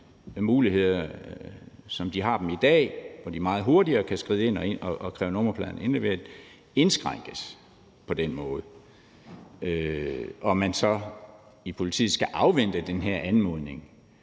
muligheder, som de har i dag, hvor de meget hurtigere kan skride ind og kræve nummerpladen indleveret, indskrænkes på den måde, og at man så i politiet skal afvente den her anmodning